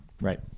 Right